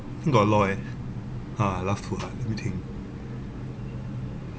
think got a lot eh uh laugh too hard let me think